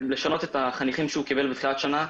את החניכים שהוא קיבל בתחילת שנה,